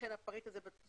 אני אקריא את הפריט בתוספת: